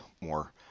more